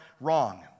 wrong